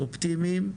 אופטימיים,